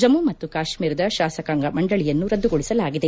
ಜಮ್ಮು ಮತ್ತು ಕಾಶ್ಟೀರದ ಶಾಸಕಾಂಗ ಮಂಡಳಿಯನ್ನು ರದ್ದುಗೊಳಿಸಲಾಗಿದೆ